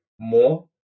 more